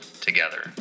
together